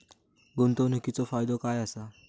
गुंतवणीचो फायदो काय असा?